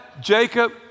Jacob